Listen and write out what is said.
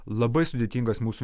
labai sudėtingas mūsų